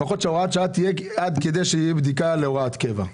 לפחות שהוראת השעה תהיה עד שתיעשה בדיקה להוראת קבע.